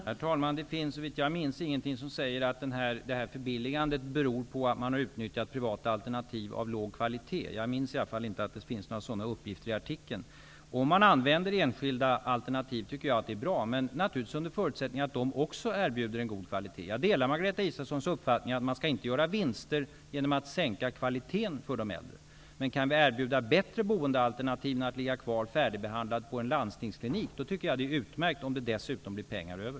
Herr talman! Det finns, såvitt jag minns, ingenting som säger att detta förbilligande beror på att man har utnyttjat privata alternativ av låg kvalitet. Jag minns i varje fall inte att det fanns sådana uppgifter i artikeln. Det är bra att man använder enskilda alternativ men naturligtvis under förutsättning att de erbjuder en god kvalitet. Jag delar Margareta Israelssons uppfattning att man inte skall göra vinster genom att sänka kvaliteten för de äldre. Men kan man erbjuda bättre boendealternativ än att låta färdigbehandlade ligga kvar på en landstingsklinik är det utmärkt, speciellt om det dessutom blir pengar över.